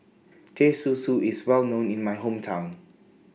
Teh Susu IS Well known in My Hometown